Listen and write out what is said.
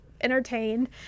entertained